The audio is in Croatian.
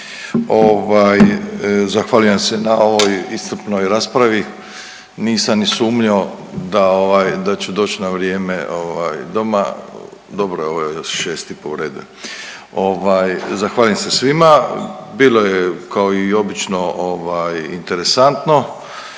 Zahvaljujem se na ovoj iscrpnoj raspravi. Nisam ni sumnjao da ću doći na vrijeme doma. Dobro je, ovo je šest i pol, u redu je. Zahvaljujem se svima. Bilo je kao i obično interesantno.